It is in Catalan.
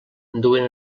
duen